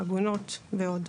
עגונות ועוד.